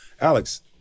Alex